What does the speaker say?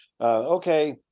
okay